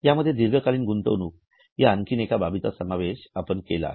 या मध्ये दीर्घकालीन गुंतवणूक या आणखी एका बाबीचा समावेश आपण केलाआहे